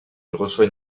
reçoit